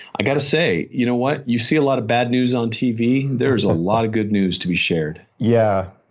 i got to say you know what? you see a lot of bad news on tv, there is a lot of good news to be shared yeah.